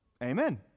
Amen